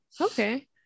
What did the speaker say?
Okay